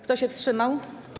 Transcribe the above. Kto się wstrzymał?